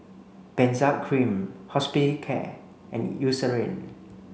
Benzac Cream Hospicare and Eucerin